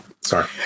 Sorry